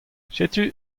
setu